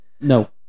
No